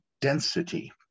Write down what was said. density